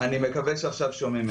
אני מקווה שעכשיו שומעים.